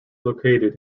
located